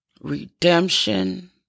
redemption